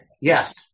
Yes